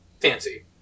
fancy